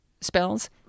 spells